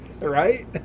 Right